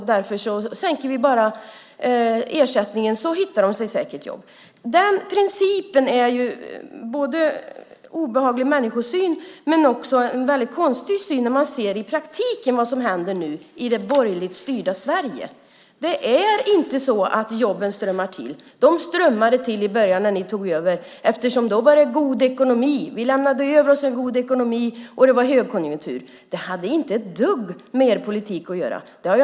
Vi sänker ersättningen. Då hittar de säkert jobb. Den principen har en obehaglig människosyn. Det är också en konstig syn när man ser i praktiken vad som händer nu i det borgerligt styrda Sverige. Det är inte så att jobben strömmar till. De strömmade till i början när ni tog över, för då var det god ekonomi. Vi lämnade över en god ekonomi, och det var högkonjunktur. Det hade inte ett dugg med er politik att göra.